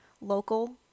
local